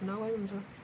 नाव काय तुमचं